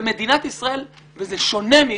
וזה שונה.